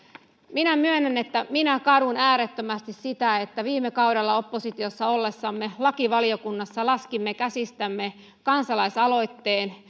minä myönnän että minä kadun äärettömästi sitä että viime kaudella oppositiossa ollessamme lakivaliokunnassa laskimme käsistämme kansalaisaloitteen